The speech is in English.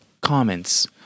comments